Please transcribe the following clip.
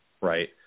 right